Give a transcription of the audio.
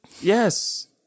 Yes